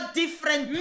different